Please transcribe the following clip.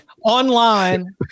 online